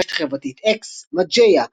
ברשת החברתית אקס Mageia,